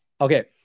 Okay